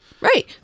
Right